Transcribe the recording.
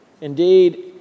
indeed